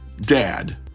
Dad